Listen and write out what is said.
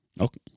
Okay